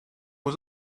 was